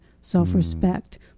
self-respect